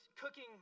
cooking